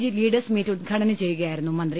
G leaders meet ഉദ്ഘാടനം ചെയ്യുകയായിരുന്നു മന്ത്രി